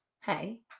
hey